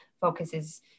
focuses